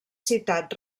citat